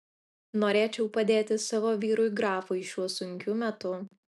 norėčiau padėti savo vyrui grafui šiuo sunkiu metu